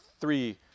three